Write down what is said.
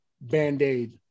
band-aid